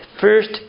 first